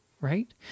right